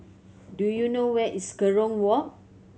do you know where is Kerong Walk